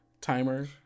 Timer